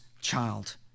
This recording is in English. child